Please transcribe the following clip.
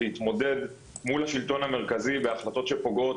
להתמודד מול השלטון המרכזי בהחלטות שפוגעות